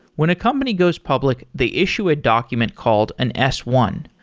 when a company goes public, they issue a document called an s one.